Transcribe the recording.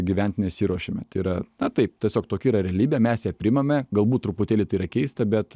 gyvent nesiruošiame tai yra na taip tiesiog tokia yra realybė mes ją priimame galbūt truputėlį tai yra keista bet